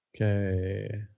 okay